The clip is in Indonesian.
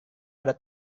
ada